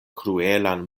kruelan